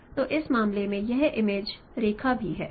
तो इस मामले में यह इमेज रेखा भी है